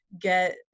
get